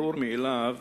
ברור מאליו